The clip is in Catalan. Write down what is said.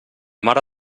mare